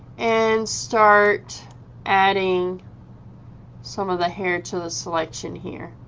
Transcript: and start adding some of the hair to the selection here.